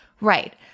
Right